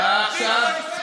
מה שקרה פה זה בדיוק מה שאמרנו